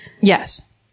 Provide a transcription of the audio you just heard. Yes